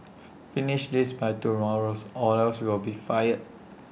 finish this by tomorrow or else you'll be fired